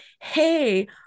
hey